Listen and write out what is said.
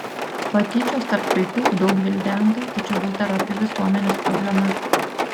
patyčios tarp vaikų daug gvildenta tačiau vis dar opi visuomenės problema